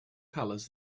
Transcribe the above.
colors